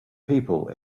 people